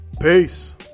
Peace